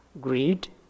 greed